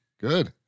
Good